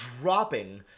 dropping